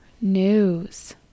news